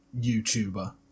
YouTuber